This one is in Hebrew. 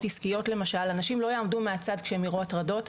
עסקיות למשל אנשים לא יעמדו מהצד כשהם יראו הטרדות,